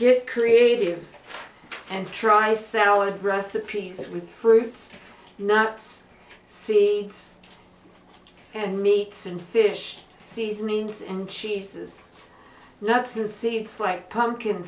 get creative and try salad recipes with fruits nuts seeds and meat and fish seasonings and cheeses nuts and seeds like pumpkin